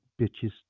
bitches